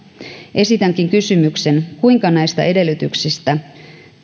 esitänkin kysymyksen kuinka näistä edellytyksistä